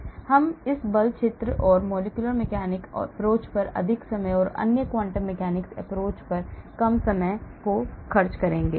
इसलिए हम इस बल क्षेत्र और molecular mechanics approach पर अधिक समय और अन्य quantum mechanics approach पर कम समय खर्च करेंगे